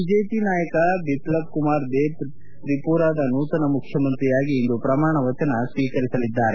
BJP ನಾಯಕ ಬಿಪ್ಲಬ್ ಕುಮಾರ್ ದೇಬ್ ತ್ರಿಪುರಾದ ನೂತನ ಮುಖ್ಯಮಂತ್ರಿಯಾಗಿ ಇಂದು ಪ್ರಮಾಣವಚನ ಸ್ವೀಕರಿಸಲಿದ್ದಾರೆ